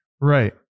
right